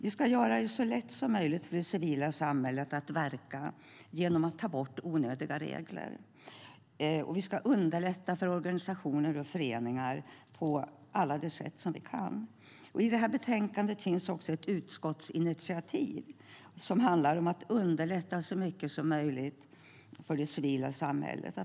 Vi ska göra det så lätt som möjligt för det civila samhället att verka genom att ta bort onödiga regler, och vi ska underlätta för organisationer och föreningar på alla sätt vi kan. I det här betänkandet finns också ett utskottsinitiativ som handlar om att underlätta så mycket som möjligt för det civila samhället.